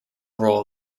role